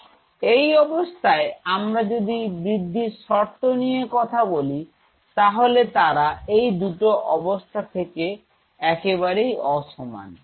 তো এই অবস্থায় আমরা যদি বৃদ্ধির শর্ত নিয়ে কথা বলি তাহলে তারা এই দুটো অবস্থা থেকে একেবারেই অ সমান